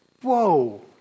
whoa